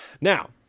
Now